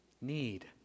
Need